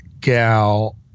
gal